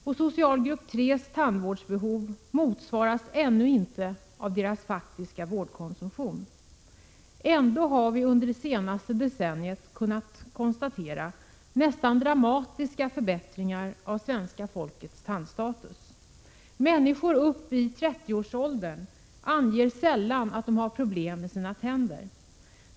Tandvårdsbehovet inom socialgrupp tre motsvaras ännu inte av denna grupps faktiska vårdkonsumtion. Ändå har vi under det senaste decenniet kunnat konstatera nästan dramatiska förbättringar av svenska folkets tandstatus. Människor i trettioårsåldern anger sällan att de har problem med sina tänder.